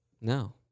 No